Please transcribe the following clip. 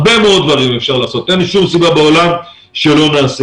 הרבה מאוד דברים אפשר לעשות ואין שום סיבה בעולם שלא נעשה